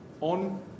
on